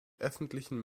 öffentlichen